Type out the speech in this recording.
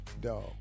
Dog